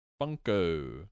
Funko